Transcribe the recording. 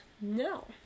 No